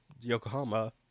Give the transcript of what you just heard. Yokohama